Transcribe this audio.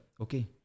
Okay